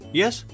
yes